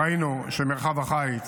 ראינו שמרחב החיץ